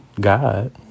God